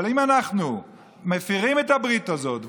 אבל אם אנחנו מפירים את הברית הזאת ואומרים: